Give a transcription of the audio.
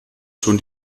schon